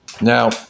now